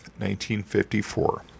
1954